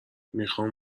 میخام